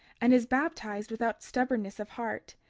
and is baptized without stubbornness of heart,